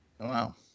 Wow